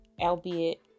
albeit